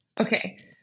Okay